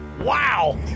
Wow